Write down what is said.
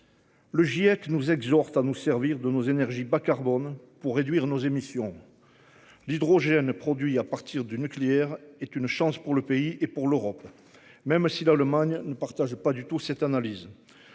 Le GIEC nous exhorte à nous servir de nos énergies bas-carbone pour réduire nos émissions. D'hydrogène produit à partir du nucléaire est une chance pour le pays et pour l'Europe même aussi dans le monde ne partage pas du tout cette analyse.